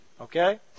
Okay